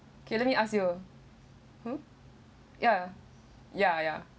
okay let me ask you oh ya ya ya